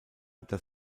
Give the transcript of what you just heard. das